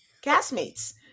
Castmates